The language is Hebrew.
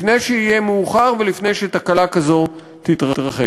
לפני שיהיה מאוחר ולפני שתקלה כזאת תתרחש.